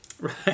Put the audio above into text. Right